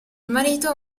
marito